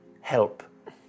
help